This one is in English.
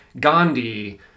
Gandhi